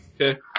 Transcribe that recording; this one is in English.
Okay